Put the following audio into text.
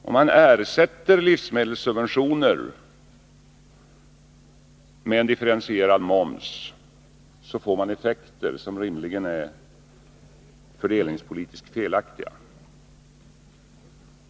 Om man ersätter livsmedelssubventioner med en differentierad moms får man effekter som rimligen är fördelningspolitiskt felaktiga.